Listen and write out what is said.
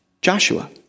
Joshua